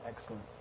excellent